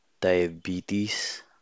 diabetes